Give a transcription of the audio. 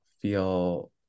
feel